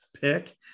pick